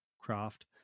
craft